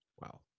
Wow